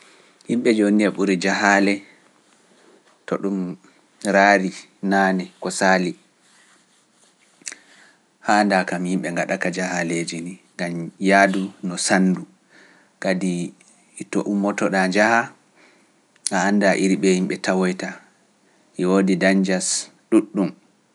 Yimɓe jooni e ɓuri jahaale to ɗum raari naane ko saali, haa anda kam yimɓe ngaɗa ka jahaleeji ni, gañ yaadu no sanndu, kadi itto ummoto ɗaa njaha, a annda iri ɓe yimɓe tawoyta, yooɗi dañjas ɗuuɗ ɗum.